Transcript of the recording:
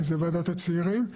כי זה וועדת הצעירים.